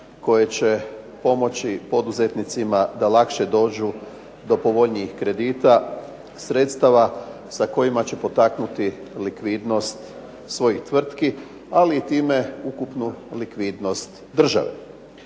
koje će pomoći poduzetnicima da lakše dođu do povoljnijih kredita. Sredstava sa kojima će potaknuti likvidnost svojih tvrtki, ali i time ukupnu likvidnost države.